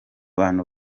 bantu